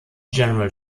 general